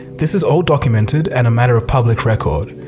this is all documented and a matter of public record.